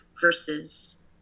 versus